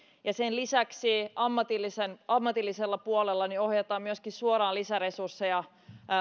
ja sen lisäksi ammatillisella puolella ohjataan myöskin suoraan lisäresursseja